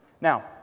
Now